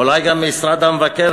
אולי גם משרד המבקר,